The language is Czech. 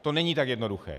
To není tak jednoduché.